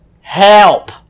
Help